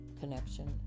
connection